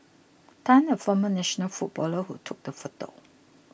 Tan a former national footballer who took the photo